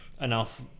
enough